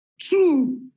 True